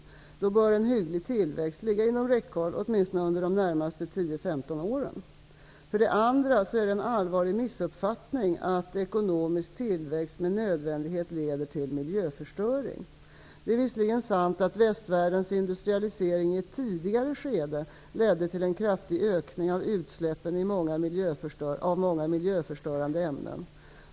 Då bör en hygglig tillväxt ligga inom räckhåll åtminstone under de närmaste 10--15 åren. För det andra är det en allvarlig missupfattning att ekonomisk tillväxt med nödvändighet leder till miljöförstöring. Det är visserligen sant att västvärldens industrialisering i ett tidigare skede ledde till en kraftig ökning av utsläppen av många miljöförstörande ämnen.